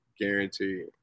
guaranteed